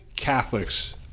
Catholics